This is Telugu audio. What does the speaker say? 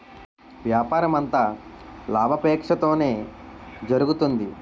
వ్యాపారమంతా లాభాపేక్షతోనే జరుగుతుంది